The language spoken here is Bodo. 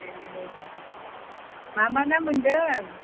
ए मा मा ना मोनदों